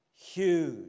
Huge